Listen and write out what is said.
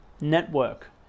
network